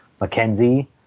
McKenzie